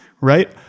right